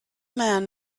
man